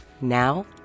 Now